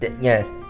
Yes